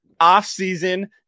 offseason